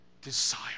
Desire